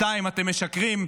2. אתם משקרים,